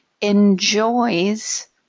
enjoys